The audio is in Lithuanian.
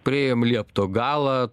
priėjome liepto galą